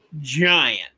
giant